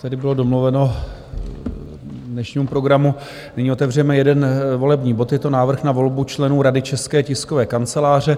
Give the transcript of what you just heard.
Jak tedy bylo domluveno k dnešnímu programu, nyní otevřeme jeden volební bod, je to Návrh na volbu členů rady České tiskové kanceláře.